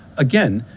again,